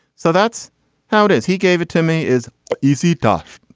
so that's how it is. he gave it to me is easy tough.